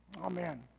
Amen